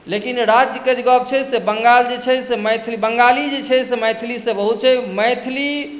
लेकिन राज्यके जे गप्प छै से बंगाल जे छै से मैथिल बंगाली जे छै से मैथिलीसँ बहुत छै मैथिली